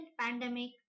pandemic